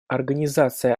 организация